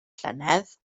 llynedd